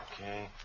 Okay